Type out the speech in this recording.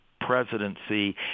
presidency